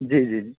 जी जी जी